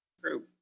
True